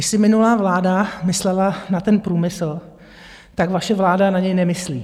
Jestli minulá vláda myslela na ten průmysl, tak vaše vláda na něj nemyslí.